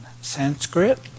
Sanskrit